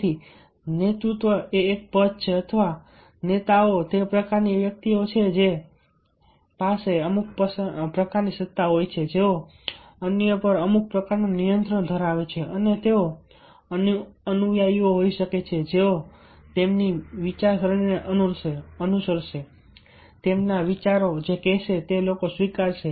તેથી નેતૃત્વ એ એક પદ છે અથવા નેતાઓ તે પ્રકારની વ્યક્તિઓ છે જેમની પાસે અમુક પ્રકારની સત્તા હોય છે જેઓ અન્ય પર અમુક પ્રકારનું નિયંત્રણ ધરાવે છે અને તેઓ અનુયાયીઓ હોઈ શકે છે જેઓ તેમની વિચારસરણીને અનુસરશે તેમના વિચારોને તેઓ જે કહેશે તે લોકો સ્વીકારશે